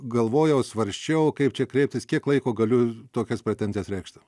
galvojau svarsčiau kaip čia kreiptis kiek laiko galiu tokias pretenzijas reikšti